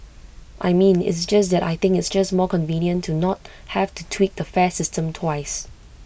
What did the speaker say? I mean it's just that I think it's just more convenient to not have to tweak the fare system twice